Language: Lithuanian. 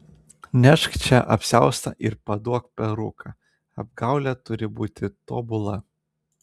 nešk čia apsiaustą ir paduok peruką apgaulė turi būti tobula